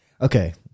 Okay